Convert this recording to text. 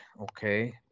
okay